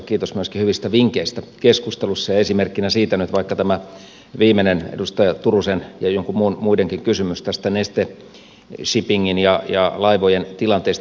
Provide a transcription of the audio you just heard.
kiitos myöskin hyvistä vinkeistä keskustelussa esimerkkinä siitä nyt vaikka tämä viimeinen edustaja turusen ja joidenkin muidenkin kysymys tästä neste shippingin ja laivojen tilanteesta